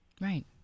Right